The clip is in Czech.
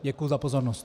Děkuji za pozornost.